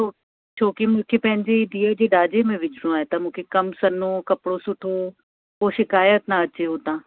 छो छो की मूंखे पंहिंजी धीअ जे ॾाजे में विझिणो आहे त मूंखे कमु सन्हो कपिड़ो सुठो को शिकायत न अचे हुतां